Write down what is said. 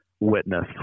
witness